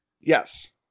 Yes